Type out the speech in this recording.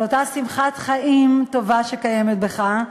על אותה שמחת חיים טובה שקיימת בך,